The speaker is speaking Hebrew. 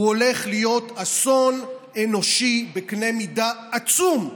הוא הולך להיות אסון אנושי בקנה מידה עצום,